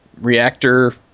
reactor